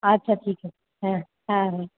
আচ্ছা ঠিক আছে হ্যাঁ হ্যাঁ